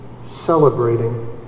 celebrating